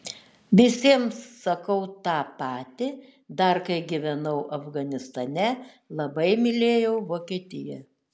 visiems sakau tą patį dar kai gyvenau afganistane labai mylėjau vokietiją